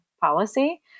policy